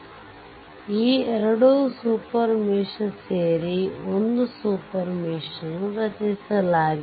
ಆದ್ದರಿಂದ ಈ ಎರಡು ಸೂಪರ್ ಮೆಶ್ ಸೇರಿ ಒಂದು ಸೂಪರ್ ಮೆಶ್ ನ್ನು ರಚಿಸಲಾಗಿದೆ